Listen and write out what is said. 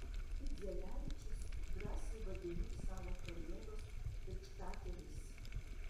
idzelevičius drąsiai vadinu savo karjeros krikštatėviais